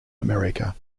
america